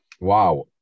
Wow